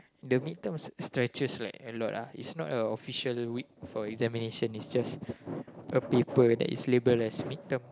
the mid terms stretches like a lot lah is not a official week for examination is just a paper that is label mid term